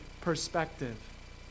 perspective